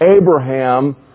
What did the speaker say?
Abraham